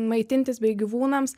maitintis bei gyvūnams